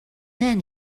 then